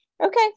Okay